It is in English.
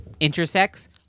intersex